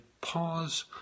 pause